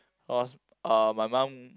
cause uh my mum